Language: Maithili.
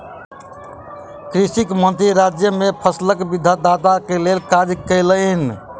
कृषि मंत्री राज्य मे फसिल विविधताक लेल काज कयलैन